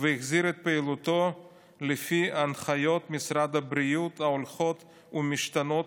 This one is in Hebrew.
והחזיר את פעילותו לפי הנחיות משרד הבריאות ההולכות ומשתנות,